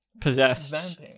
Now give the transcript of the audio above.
possessed